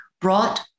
brought